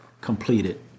completed